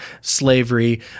slavery